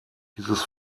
dieses